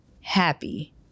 happy